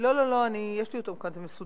לא, יש לי את זה כאן מסודר.